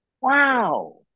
Wow